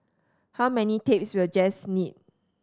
how many tapes will Jess need